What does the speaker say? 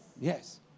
Yes